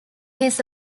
his